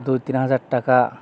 দুই তিন হাজার টাকা